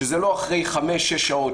שזה לא אחרי חמש-שש שעות,